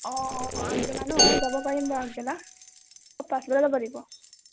অঁ অঁ অঁ আগবেলা ন অঁ যাব পাৰিম বাৰু আগবেলা অঁ পাচবেলা যাব লাগিব